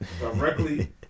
directly